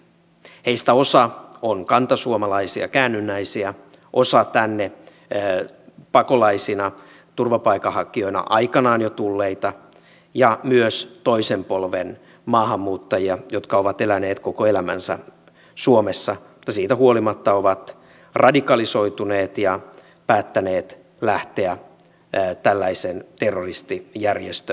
heistä osa on kantasuomalaisia käännynnäisiä osa tänne pakolaisina turvapaikanhakijoina aikanaan jo tulleita ja myös toisen polven maahanmuuttajia jotka ovat eläneet koko elämänsä suomessa mutta siitä huolimatta ovat radikalisoituneet ja päättäneet lähteä tällaisen terroristijärjestön riveihin